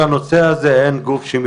ועד הכנת אגפים מקצועיים כמו אגף חומ"ס,